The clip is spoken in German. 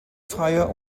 freier